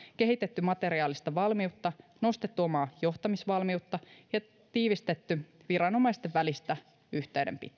kehitetty materiaalista valmiutta nostettu omaa johtamisvalmiutta ja tiivistetty viranomaisten välistä yhteydenpitoa